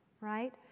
right